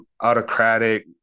autocratic